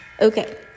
Okay